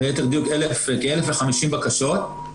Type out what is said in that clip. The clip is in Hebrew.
ליתר דיוק כ-1,050 בקשות,